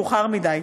מאוחר מדי.